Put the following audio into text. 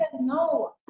no